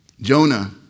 Jonah